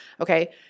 Okay